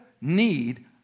need